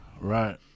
Right